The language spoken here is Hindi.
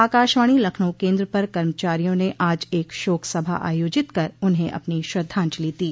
आकाशवाणी लखनऊ केन्द्र पर कर्मचारियों ने आज एक शोक सभा आयोजित कर उन्हें अपनी श्रद्धाजंलि दी